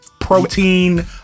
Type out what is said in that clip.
Protein